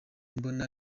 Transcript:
mbona